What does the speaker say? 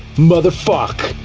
motherfuck!